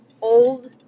old